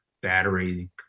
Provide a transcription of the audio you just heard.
battery